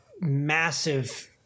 massive